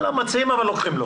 לא מציעים, אבל לוקחים לו.